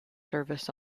service